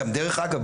גם דרך אגב,